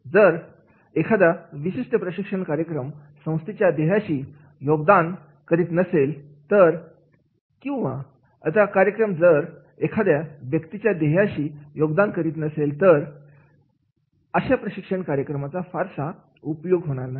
जर एखादा विशिष्ट प्रशिक्षण कार्यक्रम संस्थेच्या देहामध्ये योगदान करीत नसेल तर किंवा आता कार्यक्रम जर एखाद्या व्यक्तीच्या ध्येयाशी योगदान करीत नसेल तर अशा प्रशिक्षण कार्यक्रमाचा फारसा उपयोग होणार नाही